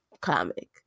comic